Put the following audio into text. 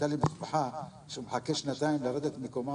הייתה לי משפחה שמחכה שנתיים לרדת מקומה